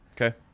Okay